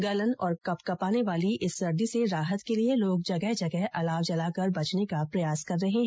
गलन और कपकपाने वाली इस सर्दी के राहत के लिये लोग जगह जगह अलाव जलाकर बचने का प्रयास कर रहे है